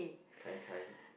Kai-Kai